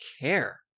care